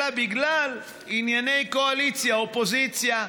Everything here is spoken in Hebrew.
אלא בגלל ענייני קואליציה אופוזיציה,